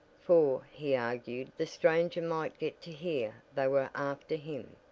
for, he argued the stranger might get to hear they were after him,